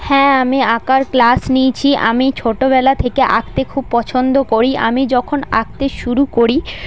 হ্যাঁ আমি আঁকার ক্লাস নিয়েছি আমি ছোটোবেলা থেকে আঁকতে খুব পছন্দ করি আমি যখন আঁকতে শুরু করি